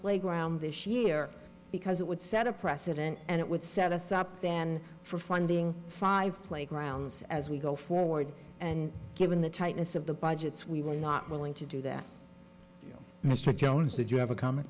playground this year because it would set a precedent and it would set us up then for funding five playgrounds as we go forward and given the tightness of the budgets we were not willing to do that mr jones did you have a comm